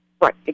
Right